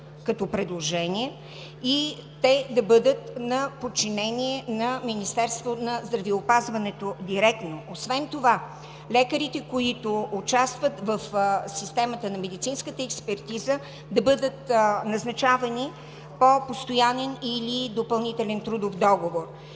като предложение и те да бъдат на подчинение на Министерството на здравеопазването директно. Освен това лекарите, участващи в системата на медицинската експертиза, да бъдат назначавани по постоянен или допълнителен трудов договор.